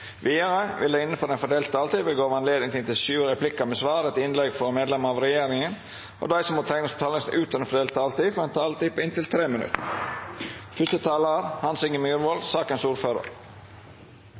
Vidare vil det – innanfor den fordelte taletida – verta gjeve anledning til inntil sju replikkar med svar etter innlegg frå medlemer av regjeringa, og dei som måtte teikna seg på talarlista utover den fordelte taletida, får også ei taletid på inntil 3 minutt.